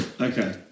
Okay